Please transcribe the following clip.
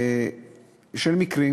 של מקרים